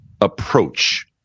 approach